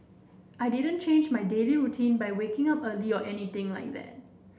I didn't change my daily routine by waking up early or anything like that